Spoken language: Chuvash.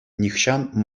нихӑҫан